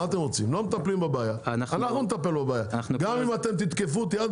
אז אנחנו נטפל בבעיה גם אם אתם תתקפו אותי עד